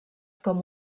com